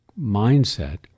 mindset